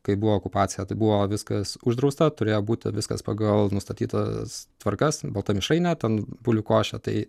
kai buvo okupacija tai buvo viskas uždrausta turėjo būti viskas pagal nustatytas tvarkas balta mišrainė ten bulvių košė tai